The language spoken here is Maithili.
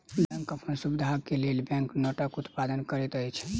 बैंक अपन सुविधाक लेल बैंक नोटक उत्पादन करैत अछि